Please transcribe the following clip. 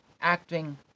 acting